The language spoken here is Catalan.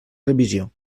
revisió